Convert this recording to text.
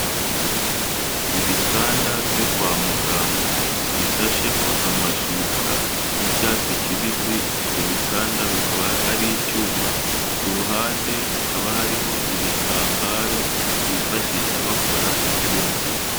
Ibitanda byo kwa muganga bisasheho amashuka y'icyatsi kibisi. Ibyo bitanda bikaba ari icyuma, ku ruhande hakaba hariho ibitambaro bifashisha bakora icyumba.